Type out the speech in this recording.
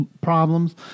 problems